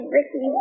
Ricky